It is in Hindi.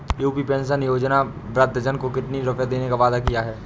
यू.पी पेंशन योजना में वृद्धजन को कितनी रूपये देने का वादा किया गया है?